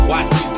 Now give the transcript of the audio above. Watch